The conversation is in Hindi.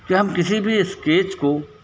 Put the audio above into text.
कि हम किसी भी स्केच को